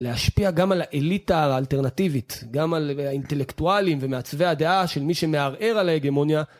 להשפיע גם על האליטה האלטרנטיבית, גם על האינטלקטואלים ומעצבי הדעה של מי שמערער על ההגמוניה